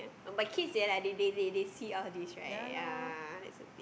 but kids they are like they they they they they see all these right ya that's the